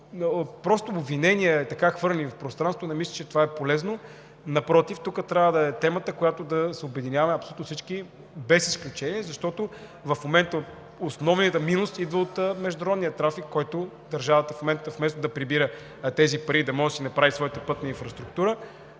просто ей така хвърлени в пространството обвинения не мисля, че е полезно. Напротив, тук трябва да е темата, около която да се обединяваме абсолютно всички, без изключения. Защото в момента основният минус идва от международния трафик, от който държавата вместо да прибира тези пари и да може да си направи своята пътна инфраструктура,